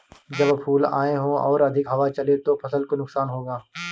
जब फूल आए हों और अधिक हवा चले तो फसल को नुकसान होगा?